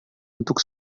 untuk